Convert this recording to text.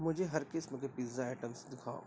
مجھے ہر قسم کے پیزا آئٹمس دکھاؤ